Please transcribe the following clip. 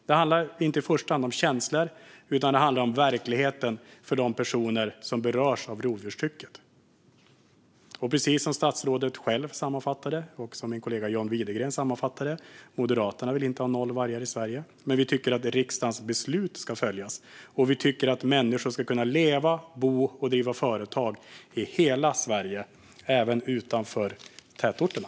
Det handlar inte i första hand om känslor, utan det handlar om verkligheten för de personer som berörs av rovdjurstrycket. Precis som statsrådet själv och som min kollega John Widegren sammanfattade det vill inte Moderaterna ha noll vargar i Sverige. Men vi tycker att riksdagens beslut ska följas och att människor ska kunna leva, bo och driva företag i hela Sverige, även utanför tätorterna.